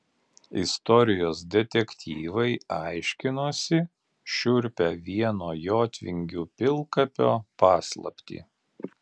istorijos detektyvai aiškinosi šiurpią vieno jotvingių pilkapio paslaptį